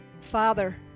father